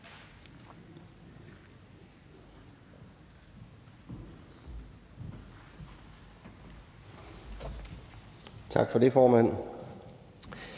Tak for det, formand.